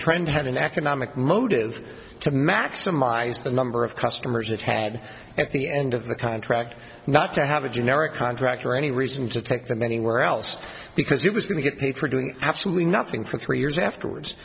trend had an economic motive to maximize the number of customers that had at the end of the contract not to have a generic contract or any reason to take them anywhere else because it was going to get paid for doing absolutely nothing for three years afterwards